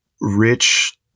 rich